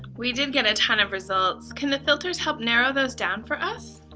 we did get a ton of results, can the filters help narrow those down for us?